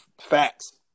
Facts